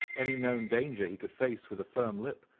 any known danger he could face with a firm lip,